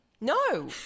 No